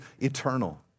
eternal